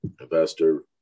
investor